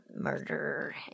murder